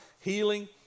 healing